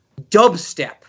dubstep